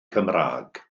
cymraeg